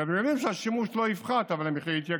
כי אתם יודעים שהשימוש לא יפחת, אבל המחיר יעלה.